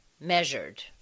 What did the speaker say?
measured